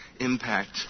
impact